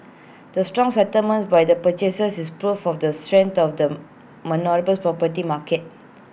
the strong settlements by the purchasers is proof of the strength of the Melbourne's property market